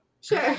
sure